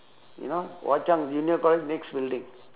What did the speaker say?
you know hwa chong junior college next building